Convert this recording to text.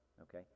Okay